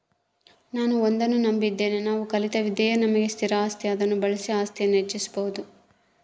ನಾನು ಒಂದನ್ನು ನಂಬಿದ್ದೇನೆ ನಾವು ಕಲಿತ ವಿದ್ಯೆಯೇ ನಮಗೆ ಸ್ಥಿರ ಆಸ್ತಿ ಅದನ್ನು ಬಳಸಿ ಆಸ್ತಿಯನ್ನು ಹೆಚ್ಚಿಸ್ಬೋದು